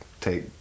take